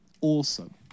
awesome